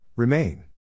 Remain